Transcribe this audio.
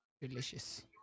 delicious